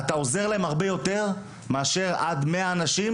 אתה עוזר להם הרבה יותר מאשר עד מאה אנשים,